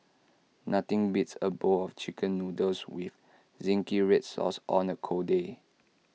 nothing beats A bowl of Chicken Noodles with Zingy Red Sauce on A cold day